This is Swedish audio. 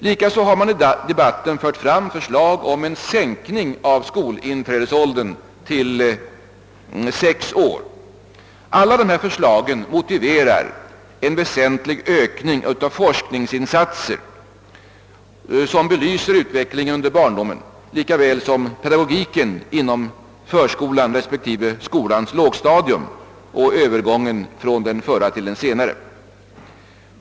Likaså har i debatten framförts förslag om en sänkning av skolinträdesåldern till sex år. Alla dessa förslag motiverar en väsentlig ökning av forskningsinsatser som belyser utvecklingen under barndomen lika väl som pedagogiken inom förskolan respektive skolans lågstadium samt övergången från den förra till det senare.